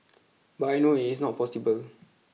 but I know it is not possible